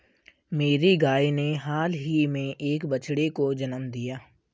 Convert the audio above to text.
मेरी गाय ने हाल ही में एक बछड़े को जन्म दिया